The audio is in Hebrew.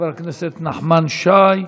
חבר הכנסת נחמן שי,